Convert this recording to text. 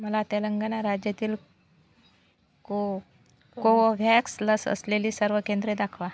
मला तेलंगणा राज्यातील को कोवोव्हॅक्स लस असलेली सर्व केंद्रे दाखवा